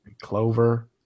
clover